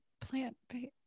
plant-based